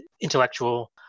intellectual